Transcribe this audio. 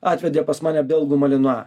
atvedė pas mane belgų maliną